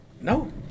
No